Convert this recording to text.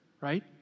right